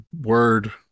word